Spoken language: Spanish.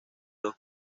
los